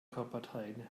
körperteile